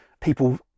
people